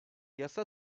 yasa